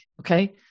okay